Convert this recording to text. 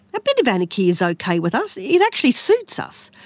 a bit of anarchy is okay with us, it actually suits us,